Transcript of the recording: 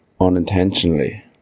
unintentionally